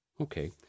Okay